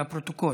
לפרוטוקול.